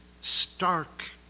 stark